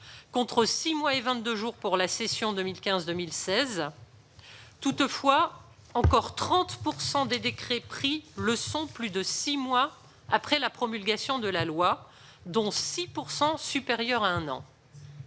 contre six mois et vingt-deux jours pour la session 2015-2016. Toutefois, encore 30 % des décrets pris le sont plus de six mois après la promulgation de la loi, dont 6 % plus d'un an